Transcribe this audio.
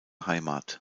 heimat